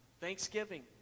Thanksgiving